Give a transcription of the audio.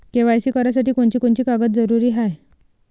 KYC करासाठी कोनची कोनची कागद जरुरी हाय?